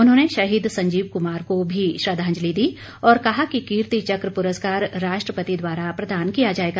उन्होंने शहीद संजीव कुमार को भी श्रद्वांजलि दी और कहा कि कीर्ति चक पुरस्कार राष्ट्रपति द्वारा प्रदान किया जाएगा